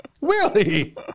Willie